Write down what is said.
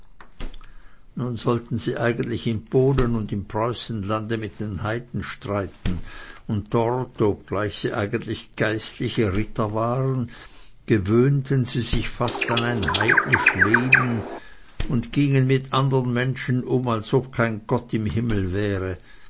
nun sollten sie eigentlich in polen und im preußenlande mit den heiden streiten und dort obgleich sie eigentlich geistliche ritter waren gewöhnten sie sich fast an ein heidnisch leben und gingen mit andern menschen um als ob kein gott im himmel wäre